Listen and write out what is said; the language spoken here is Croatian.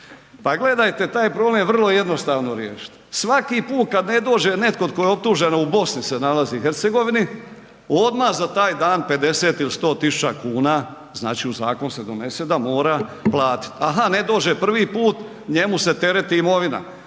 Pa gledajte, taj problem je vrlo jednostavno riješiti, svaki put kad ne dođe netko tko je optužen a u Bosni se nalazi i Hercegovini, odmah za taj dan 50 ili 100 000 kuna, znači u zakon se donese da mora platiti. Aha, ne dođe prvi put, njemu se tereti imovina,